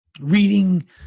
Reading